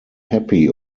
happy